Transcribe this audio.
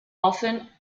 often